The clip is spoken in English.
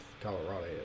Colorado